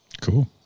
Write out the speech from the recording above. Cool